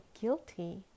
guilty